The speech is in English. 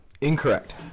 Incorrect